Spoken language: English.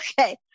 okay